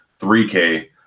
3K